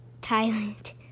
Thailand